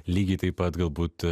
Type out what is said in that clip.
lygiai taip pat galbūt